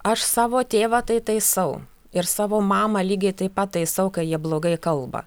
aš savo tėvą tai taisau ir savo mamą lygiai taip pat taisau ką jie blogai kalba